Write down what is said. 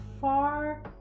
far